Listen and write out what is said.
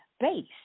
base